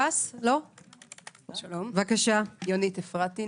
יונית אפרתי,